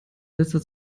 letzter